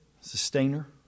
sustainer